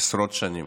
עשרות שנים.